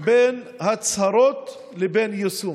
בין הצהרות לבין יישום,